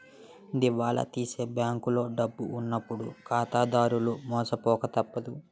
దివాలా తీసే బ్యాంకులో డబ్బు ఉన్నప్పుడు ఖాతాదారులు మోసపోక తప్పదు